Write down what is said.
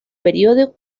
periodo